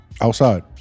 Outside